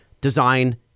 design